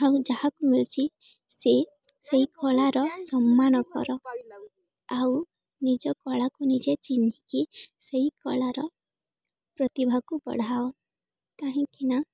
ଆଉ ଯାହାକୁ ମିଳୁଛି ସେ ସେଇ କଳାର ସମ୍ମାନ କର ଆଉ ନିଜ କଳାକୁ ନିଜେ ଚିହ୍ନିକି ସେହି କଳାର ପ୍ରତିଭାକୁ ବଢ଼ାଅ କାହିଁକି ନା